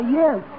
yes